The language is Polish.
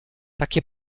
takie